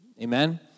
Amen